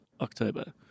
October